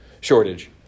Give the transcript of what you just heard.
shortage